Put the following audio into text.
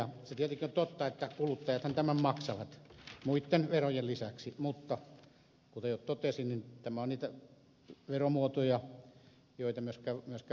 se tietenkin on totta että kuluttajathan tämän maksavat muitten verojen lisäksi mutta kuten jo totesin tämä on niitä veromuotoja joita myöskään vasemmistoliitto ei vastusta